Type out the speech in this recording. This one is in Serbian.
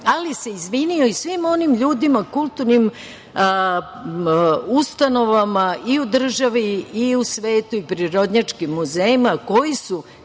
ali se izvinio i svim onim ljudima, kulturnim ustanovama i u državi i u svetu i prirodnjačkim muzejima koji su